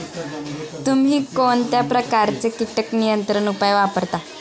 तुम्ही कोणत्या प्रकारचे कीटक नियंत्रण उपाय वापरता?